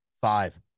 five